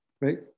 right